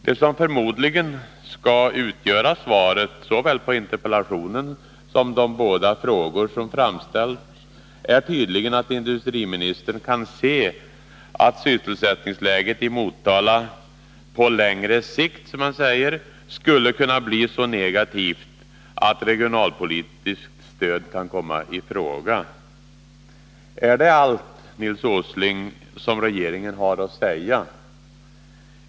Det som förmodligen skall utgöra svaret såväl på interpellationen som på de båda frågor som framställts är tydligen att industriministern kan se att sysselsättningsläget i Motala ”på längre sikt”, som det heter, skulle kunna bli så negativt att regionalpolitiskt stöd kan komma i fråga. Är detta allt, Nils Åsling, som regeringen har att säga?